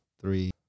three